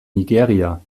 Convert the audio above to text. nigeria